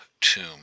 tomb